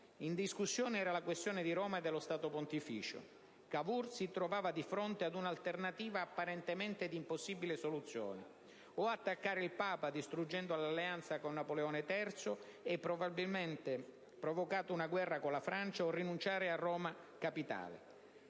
In discussione era la questione di Roma e dello Stato Pontificio. Cavour si trovava di fronte a un'alternativa apparentemente di impossibile soluzione: o attaccare il Papa, distruggendo l'alleanza con Napoleone III e probabilmente provocare una guerra con la Francia, o rinunciare a Roma Capitale.